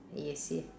yes yes